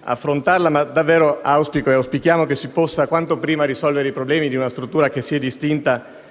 affrontarla, ma davvero auspichiamo che si possa quanto prima risolvere i problemi di una struttura che si è distinta